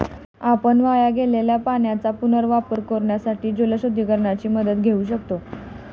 आपण वाया गेलेल्या पाण्याचा पुनर्वापर करण्यासाठी जलसुधारणेची मदत घेऊ शकतो